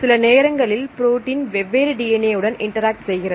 சில நேரங்களில் புரோட்டின் வெவ்வேறு DNA உடன் இன்டராக்ட் செய்கிறது